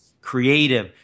creative